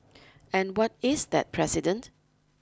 and what is that precedent